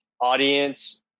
audience